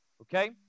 Okay